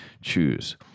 choose